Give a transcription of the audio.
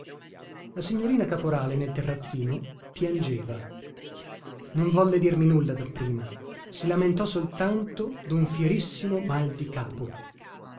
la signorina caporale nel terrazzino piangeva non volle dirmi nulla dapprima si lamentò soltanto dun fierissimo mal di capo